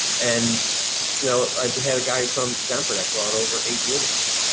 and though i've had a guy from stanford, i brought over eight units.